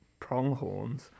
Pronghorns